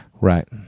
Right